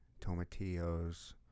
Tomatillos